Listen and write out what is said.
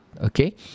Okay